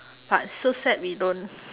but so sad we don't